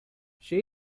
she